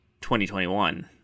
2021